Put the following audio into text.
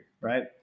right